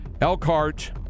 Elkhart